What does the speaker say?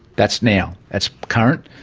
that's now. that's current.